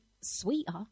sweeter